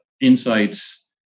insights